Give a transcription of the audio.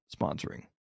sponsoring